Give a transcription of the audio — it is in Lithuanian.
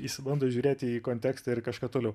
jis bando žiūrėti į kontekstą ir kažką toliau